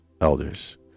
elders